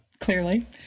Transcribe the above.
clearly